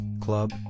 club